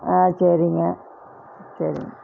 ஆ சரிங்க சரிங்க